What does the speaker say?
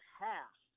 half